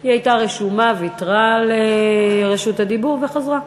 היא הייתה רשומה, ויתרה על רשות הדיבור וחזרה.